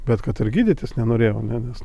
bet kad ir gydytis nenorėjau ane nes